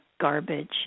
garbage